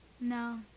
No